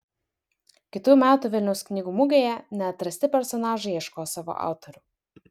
kitų metų vilniaus knygų mugėje neatrasti personažai ieškos savo autorių